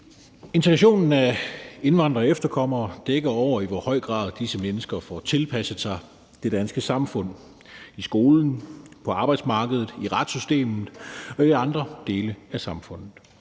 integrationen af indvandrere og efterkommere dækker over, i hvor høj grad disse mennesker får tilpasset sig det danske samfund i skolen, på arbejdsmarkedet, i retssystemet og i andre dele af samfundet.